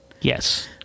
Yes